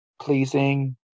pleasing